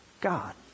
God